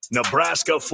Nebraska